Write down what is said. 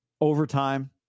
overtime